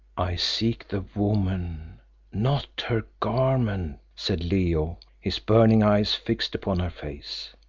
i seek the woman not her garment, said leo, his burning eyes fixed upon her face.